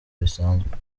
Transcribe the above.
bisanzwe